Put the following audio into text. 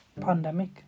pandemic